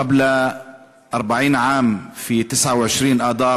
(אומר דברים בשפה הערבית, להלן